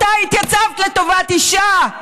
מתי התייצבת לטובת אישה?